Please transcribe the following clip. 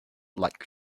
like